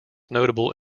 notable